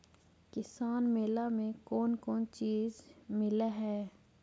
किसान मेला मे कोन कोन चिज मिलै है?